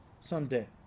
someday